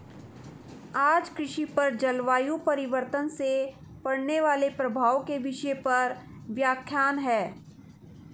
आज कृषि पर जलवायु परिवर्तन से पड़ने वाले प्रभाव के विषय पर व्याख्यान है